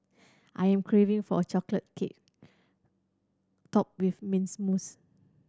I am craving for a chocolate cake topped with mint mousse